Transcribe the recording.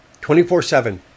24-7